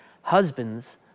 Husbands